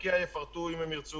ארקיע יפרטו בעצמם אם ירצו,